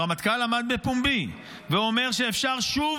הרמטכ"ל עמד בפומבי ואמר שאפשר שוב